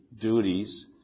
duties